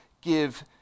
give